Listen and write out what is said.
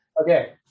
Okay